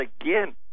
again